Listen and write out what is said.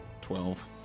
Twelve